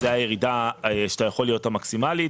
זו הירידה שיכולה להיות, המקסימלית.